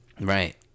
Right